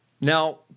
Now